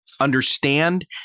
understand